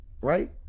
right